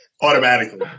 automatically